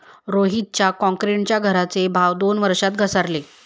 रोहितच्या क्रॉन्क्रीटच्या घराचे भाव दोन वर्षात घसारले